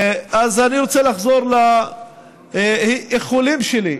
אז אני רוצה לחזור לאיחולים שלי,